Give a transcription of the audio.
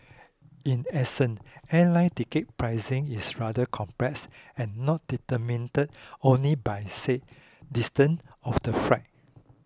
in essence airline ticket pricing is rather complex and not determined only by say distance of the flight